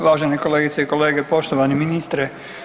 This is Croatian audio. Uvažene kolegice i kolege, poštovani ministre.